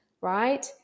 right